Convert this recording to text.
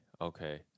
okay